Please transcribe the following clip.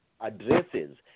addresses